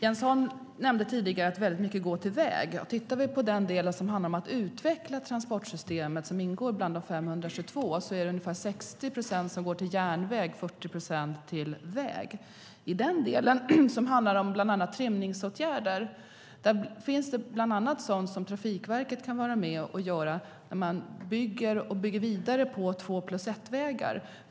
Jens Holm nämnde tidigare att väldigt mycket går till vägar. Tittar vi på den delen som handlar om att utveckla transportsystemet som ingår bland de 522 miljarderna är det ungefär 60 procent som går till järnväg och 40 procent som går till vägar. I den del som handlar om bland annat trimningsåtgärder finns sådant som Trafikverket kan vara med och göra när man bygger och bygger vidare på två-plus-ett-vägar.